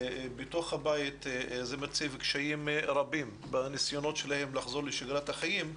בתוך הבית זה מציב קשיים רבים בניסיונות שלהם לחזור לשגרת החיים,